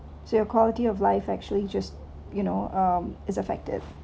so your quality of life actually just you know um is effective